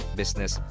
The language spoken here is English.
business